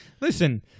listen